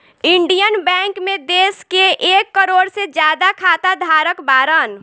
Indian bank मे देश के एक करोड़ से ज्यादा खाता धारक बाड़न